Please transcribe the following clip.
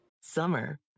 Summer